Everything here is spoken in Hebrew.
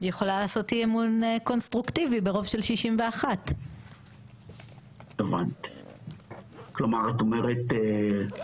היא יכולה לעשות היא אי אמון קונסטרוקטיבי ברוב של 61. אוקיי,